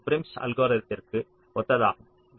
இது ப்ரிம்ஸ் அல்கோரிதத்திற்கு Prim's algorithm ஒத்ததாகும்